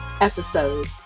episode